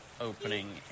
Opening